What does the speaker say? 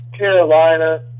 Carolina